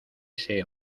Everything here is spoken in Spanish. ese